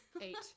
Eight